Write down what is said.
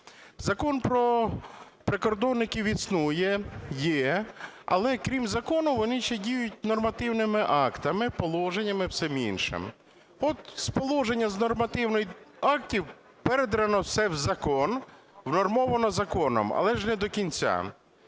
Закон про прикордонників існує, є, але крім закону вони ще діють нормативними актами, положеннями і всім іншим. От з положень нормативних актів "передрано" все в закон, внормовано законом, але ж не до кінця.